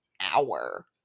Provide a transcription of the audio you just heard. hour